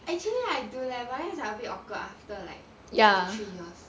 actually I do leh but then like it's a bit awkward after like two to three years